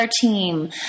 team